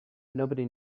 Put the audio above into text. nobody